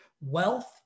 wealth